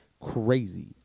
Crazy